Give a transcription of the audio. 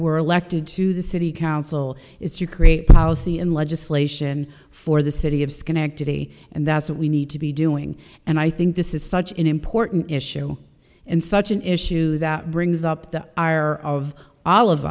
we're elected to the city council is to create policy and legislation for the city of schenectady and that's what we need to be doing and i think this is such an important issue and such an issue that brings up the ire of all of